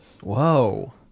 Whoa